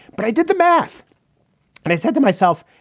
but i did the math and i said to myself,